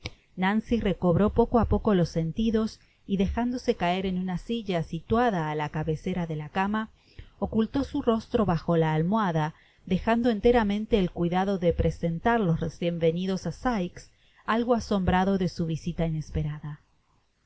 nancy recobró poco á poco los sentidos y dejándose caer en una silla situada á la cabecera de la cama ocultó su rostro bajo la almohada dejando enteramente el cuidado de presentar los recién venidos á sikes algo asombrado de su visita inesperada